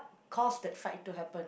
caused that fight to happen